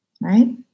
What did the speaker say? right